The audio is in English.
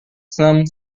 some